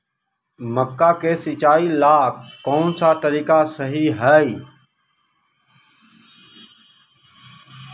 मक्का के सिचाई ला कौन सा तरीका सही है?